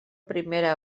primera